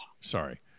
Sorry